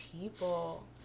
people